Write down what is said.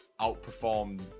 outperformed